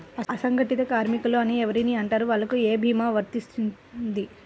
అసంగటిత కార్మికులు అని ఎవరిని అంటారు? వాళ్లకు ఏ భీమా వర్తించుతుంది?